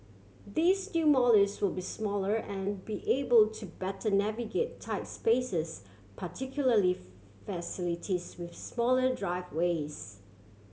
these new Mollies will be smaller and be able to better navigate tights spaces particularly facilities with smaller driveways